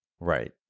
right